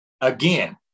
Again